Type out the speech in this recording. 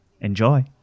Enjoy